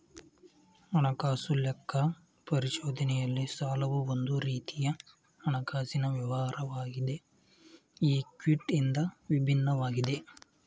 ಹಣಕಾಸು ಲೆಕ್ಕ ಪರಿಶೋಧನೆಯಲ್ಲಿ ಸಾಲವು ಒಂದು ರೀತಿಯ ಹಣಕಾಸಿನ ವ್ಯವಹಾರವಾಗಿದೆ ಈ ಕ್ವಿಟಿ ಇಂದ ವಿಭಿನ್ನವಾಗಿದೆ